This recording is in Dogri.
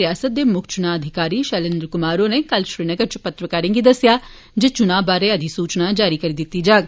रियासत दे मुक्ख चुनां अधिकारी शलेन्द्रा कुमार होरें कल श्रीनगर इच पत्रकारें गी दस्सेया जे चुनां बारै अधिसूचना जारी करी दिती जाग